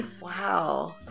Wow